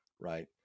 right